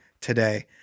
today